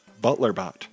ButlerBot